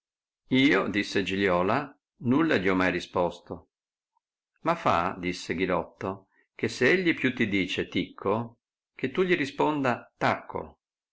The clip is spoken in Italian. io disse giliola nulla gli ho mai risposto ma fa disse ghirotto che se egli più ti dice ticco che tu gli risponda tacco